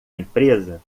empresa